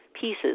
pieces